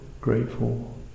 grateful